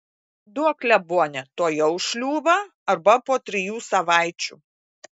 duok klebone tuojau šliūbą arba po trijų savaičių